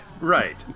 Right